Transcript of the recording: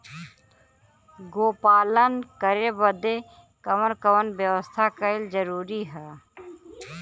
गोपालन करे बदे कवन कवन व्यवस्था कइल जरूरी ह?